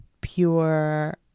pure